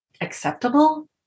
acceptable